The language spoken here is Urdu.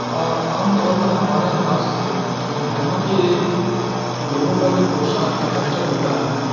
اور عام طور پر ہمارے انداز سے کہ وہاں کے لوگوں کا جو پوشاک کا کلچر ہوتا ہے